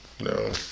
no